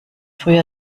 früher